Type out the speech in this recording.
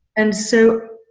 and so,